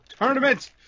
tournament